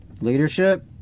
leadership